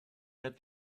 that